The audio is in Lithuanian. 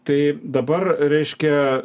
tai dabar reiškia